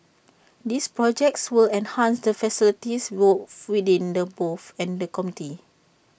these projects will enhance the facilities wolf within the both and the community